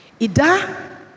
Ida